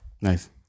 Nice